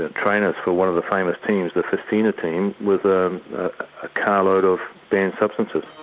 trainers for one of the famous teams, the festina team with a ah carload of banned substances.